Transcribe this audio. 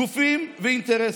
גופים ואינטרסים.